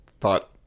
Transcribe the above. thought